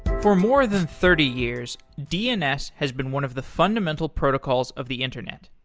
for more than thirty years, dns has been one of the fundamental protocols of the internet.